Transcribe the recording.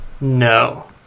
No